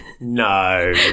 No